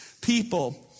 people